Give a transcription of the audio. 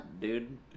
dude